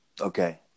Okay